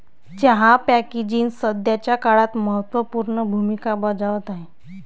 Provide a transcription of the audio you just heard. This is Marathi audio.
चहा पॅकेजिंग सध्याच्या काळात महत्त्व पूर्ण भूमिका बजावत आहे